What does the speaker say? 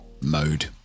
mode